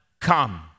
come